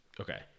Okay